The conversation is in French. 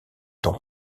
temps